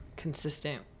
consistent